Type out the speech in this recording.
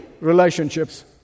relationships